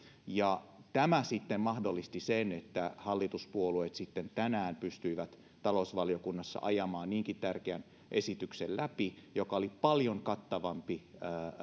tämä mahdollisti sen että hallituspuolueet sitten tänään pystyivät talousvaliokunnassa ajamaan läpi niinkin tärkeän esityksen joka oli paljon kattavampi